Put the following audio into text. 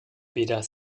weder